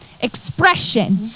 expression